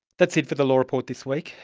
that's it for the law report this week.